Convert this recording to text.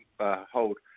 hold